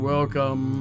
Welcome